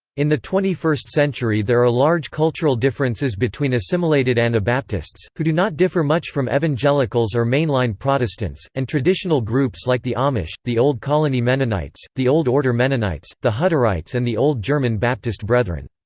in the twenty first century there are large cultural differences between assimilated anabaptists, who do not differ much from evangelicals or mainline protestants, and traditional groups like the amish, the old colony mennonites, the old order mennonites, the hutterites and the old german baptist brethren.